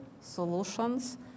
solutions